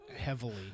Heavily